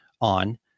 on